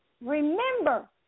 Remember